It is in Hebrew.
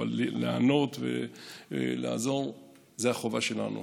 אבל להיענות ולעזור זה החובה שלנו.